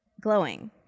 Glowing